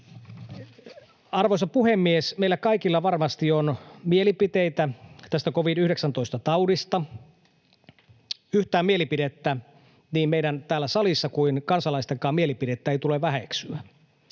Arvoisa puhemies! Meillä kaikilla varmasti on mielipiteitä tästä covid-19-taudista. Yhtään mielipidettä — niin meidän täällä salissa olevien kuin kansalaistenkaan mielipidettä — ei tule väheksyä,